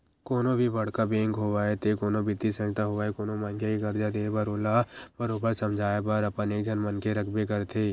कोनो भी बड़का बेंक होवय ते कोनो बित्तीय संस्था होवय कोनो मनखे के करजा देय बर ओला बरोबर समझाए बर अपन एक झन मनखे रखबे करथे